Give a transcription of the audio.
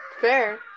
Fair